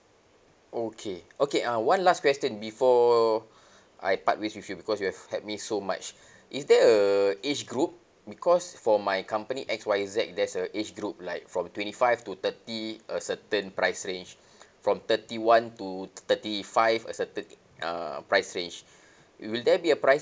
okay okay uh one last question before I part ways with you because you have helped me so much is there a age group because for my company X Y Z there's a age group like from twenty five to thirty a certain price range from thirty one two thirty five a certain uh price range will there be a price